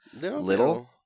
little